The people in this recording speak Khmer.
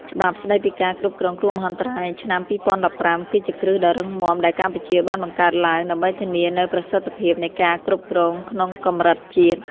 ច្បាប់ស្តីពីការគ្រប់គ្រងគ្រោះមហន្តរាយឆ្នាំ ២០១៥ គឺជាគ្រឹះដ៏រឹងមាំដែលកម្ពុជាបានបង្កើតឡើង ដើម្បីធានានូវប្រសិទ្ធភាពនៃការគ្រប់គ្រងក្នុងកម្រិតជាតិ។